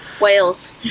Whales